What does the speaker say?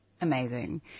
Amazing